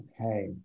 okay